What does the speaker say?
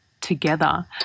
together